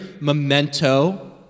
memento